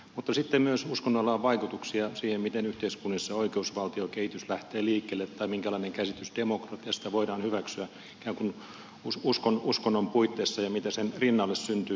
mutta sitten myös uskonnoilla on vaikutuksia siihen miten yhteiskunnissa oikeusvaltiokehitys lähtee liikkeelle tai minkälainen käsitys demokratiasta voidaan hyväksyä ikään kuin uskonnon puitteissa ja mitä sen rinnalle syntyy